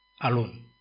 alone